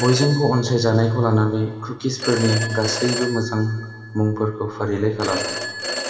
बयजोंबो अनसायजानायखौ लानानै कुकिसफोरनि गासैबो मोजां मुंफोरखौ फारिलाइ खालाम